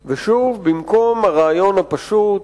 שוב, במקום הרעיון הפשוט,